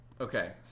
Okay